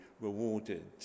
rewarded